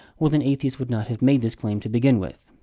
well then atheists would not have made this claim to begin with.